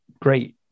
great